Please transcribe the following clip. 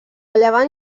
llevant